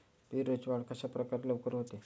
पेरूची वाढ कशाप्रकारे लवकर होते?